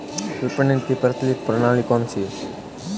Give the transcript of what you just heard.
विपणन की प्रचलित प्रणाली कौनसी है?